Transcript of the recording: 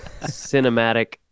cinematic